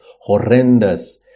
horrendous